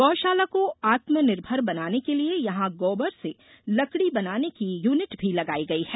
गौशाला को आत्मनिर्भर बनाने के लिये यहां गौबर से लकड़ी बनाने की युनिट भी लगाई गई है